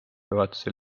juhatuse